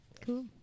cool